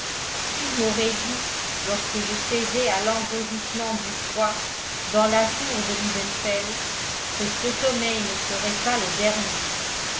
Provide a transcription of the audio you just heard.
qui m'aurait dit lorsque je cédai à l'engourdissement du froid dans la tour de liebenfeld que ce sommeil ne serait pas le dernier